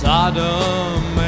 Sodom